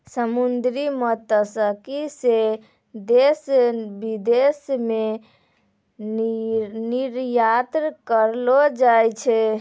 समुन्द्री मत्स्यिकी से देश विदेश मे निरयात करलो जाय छै